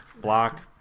Block